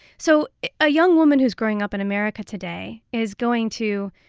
so a young woman who's growing up in america today is going to